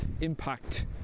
impact